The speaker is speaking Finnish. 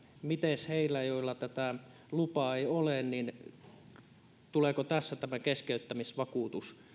miten heillä joilla tätä lupaa ei ole tuleeko tässä sitten tämä keskeyttämisvakuutus